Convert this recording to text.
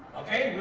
ok.